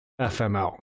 FML